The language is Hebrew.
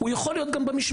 הוא יכול להיות גם במשמרת.